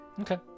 okay